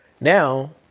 Now